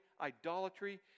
idolatry